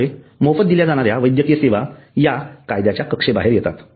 त्यामुळे मोफत दिल्या जाणाऱ्या वैद्यकीय सेवा या कायद्याच्या कक्षेबाहेर येतात